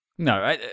No